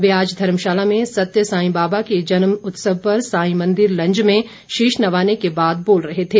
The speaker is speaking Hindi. वे आज धर्मशाला में सत्य साई बाबा के जन्म उत्सव पर साईं मंदिर लंज में शीश नवाने के बाद बोल रहे थे